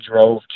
drove